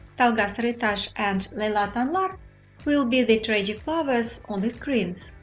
tolga saritas and leyla tanlar will be the tragic lovers on the screens,